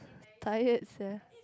tired sia